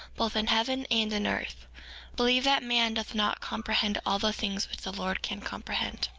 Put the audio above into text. both in heaven and in earth believe that man doth not comprehend all the things which the lord can comprehend.